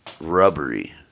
rubbery